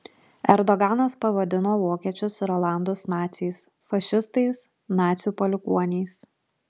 erdoganas pavadino vokiečius ir olandus naciais fašistais nacių palikuoniais